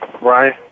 Right